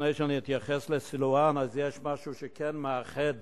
לפני שאני אתייחס לסילואן, יש משהו שכן מאחד